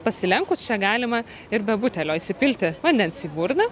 pasilenkus čia galima ir be butelio įsipilti vandens į burną